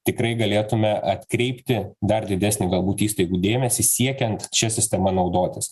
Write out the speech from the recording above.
tikrai galėtume atkreipti dar didesnį galbūt įstaigų dėmesį siekiant šia sistema naudotis